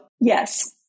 Yes